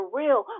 real